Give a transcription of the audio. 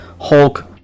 Hulk